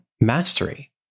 mastery